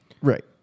Right